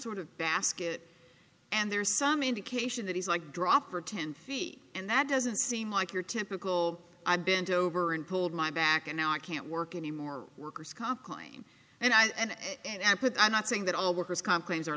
sort of basket and there's some indication that he's like drop or ten feet and that doesn't seem like your typical i bent over and pulled my back and now i can't work anymore workers comp claim and i and i put i'm not saying that all workers comp claims are